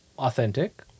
authentic